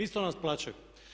Isto nas plaćaju.